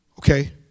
Okay